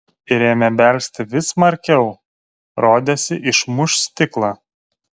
ir ėmė belsti vis smarkiau rodėsi išmuš stiklą